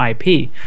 IP